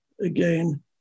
again